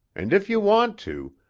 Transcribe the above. and if you want to,